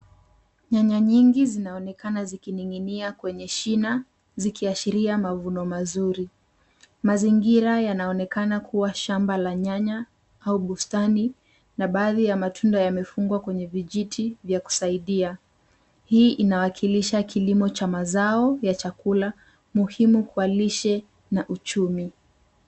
Nyanya nyingi zinaonekana zikining'inia kwenye shina zikiashsiria mavuno mazuri. Mazingira yanaonekena kuwa shamba la nyanya au bustani na baadhi ya matunda yamefungwa kwenye vijiti vya kusaidia. Hii inawakilisha kilimo cha mazao ya chakula muhimu kwa lishe na uchumi.